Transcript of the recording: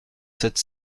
sept